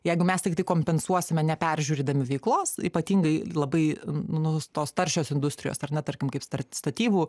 jeigu mes tiktai kompensuosime neperžiūrėdami veiklos ypatingai labai nu tos taršios industrijos ar ne tarkim kaip statybų